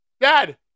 Dad